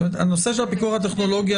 הנושא של הפיקוח הטכנולוגי,